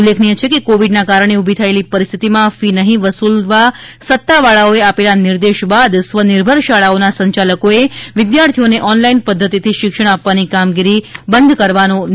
ઉલ્લેખનીય છે કે કોવિડના કારણે ઉભી થયેલી પરિસ્થિતિમાં ફી નહિં વસુલવા સત્તાવાળાઓએ આપેલા નિર્દેશ બાદ સ્વનિર્ભર શાળાઓના સંચાલકોએ વિદ્યાર્થીઓને ઓનલાઇન પદ્વતિથી શિક્ષણ આપવાની કામગીરી બંધ કરવાનો નિર્ણય લીધો હતો